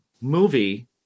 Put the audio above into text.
movie